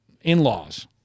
in-laws